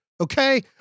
okay